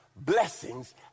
blessings